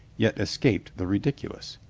yet escaped the ridiculous.